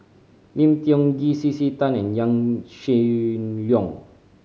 Lim Tiong Ghee C C Tan and Yaw Shin Leong